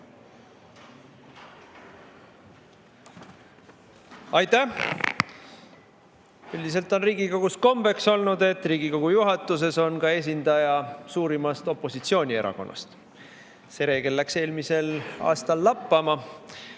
Aitäh! Üldiselt on Riigikogus kombeks olnud, et Riigikogu juhatuses on ka esindaja suurimast opositsioonierakonnast. See reegel läks eelmisel aastal lappama.